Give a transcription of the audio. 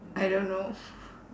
I don't know